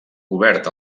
obert